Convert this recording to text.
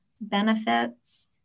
benefits